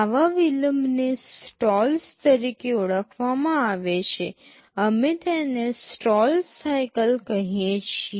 આવા વિલંબને સ્ટોલ્સ તરીકે ઓળખવામાં આવે છે અમે તેમને સ્ટોલ સાઇકલ્સ કહીએ છીએ